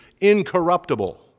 incorruptible